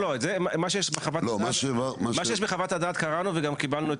מה שיש בחוות הדעת קראנו וגם קיבלנו את